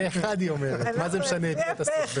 פה אחד היא אומרת, מה זה משנה את מי אתה סופר?